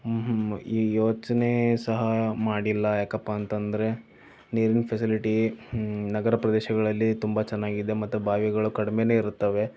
ಊಹ್ಞೂ ಈ ಯೋಚನೆ ಸಹ ಮಾಡಿಲ್ಲ ಯಾಕಪ್ಪ ಅಂತಂದರೆ ನೀರಿನ ಫೆಸಿಲಿಟಿ ನಗರ ಪ್ರದೇಶಗಳಲ್ಲಿ ತುಂಬ ಚೆನ್ನಾಗಿದೆ ಮತ್ತು ಬಾವಿಗಳು ಕಡಿಮೆಯೇ ಇರುತ್ತವೆ